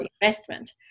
investment